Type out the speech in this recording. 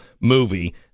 movie